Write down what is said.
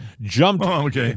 jumped